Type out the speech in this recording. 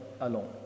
alone